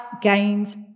gains